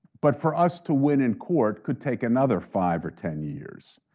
but for us to win in court could take another five or ten years.